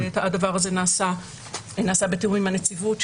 והדבר הזה נעשה בתיאום עם הנציבות,